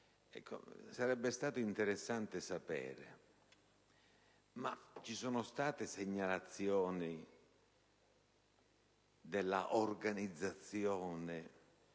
Sarebbe stato interessante sapere se ci sono state segnalazioni circa l'organizzazione